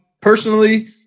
personally